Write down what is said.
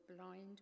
blind